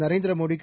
நரேந்திர மோடிக்கு